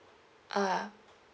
ah